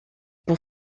pour